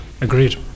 Agreed